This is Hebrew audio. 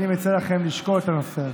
אני מציע לכם לשקול את הנושא הזה.